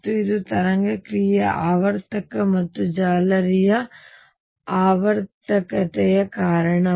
ಮತ್ತು ಇದು ತರಂಗ ಕ್ರಿಯೆಯ ಆವರ್ತಕ ಮತ್ತು ಜಾಲರಿಯ ಆವರ್ತಕತೆಯ ಕಾರಣ